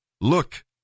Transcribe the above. Look